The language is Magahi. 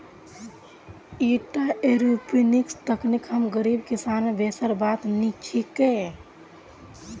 ईटा एयरोपोनिक्स तकनीक हम गरीब किसानेर बसेर बात नी छोक